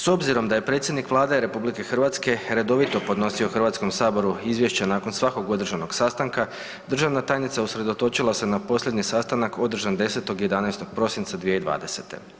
S obzirom da je predsjednik Vlade Republike Hrvatske redovito podnosio Hrvatskom saboru Izvješća nakon svakog održanog sastanka, državna tajnica usredotočila se na posljednji sastanak održan 10. i 11. prosinca 2020.